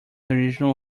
original